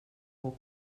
who